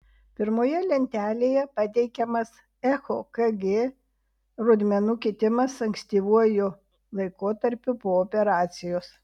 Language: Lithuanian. pirmoje lentelėje pateikiamas echokg rodmenų kitimas ankstyvuoju laikotarpiu po operacijos